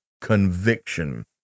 conviction